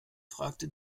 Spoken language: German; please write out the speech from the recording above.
fragte